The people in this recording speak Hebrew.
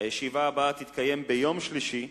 הישיבה הבאה תתקיים ביום שלישי,